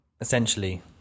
essentially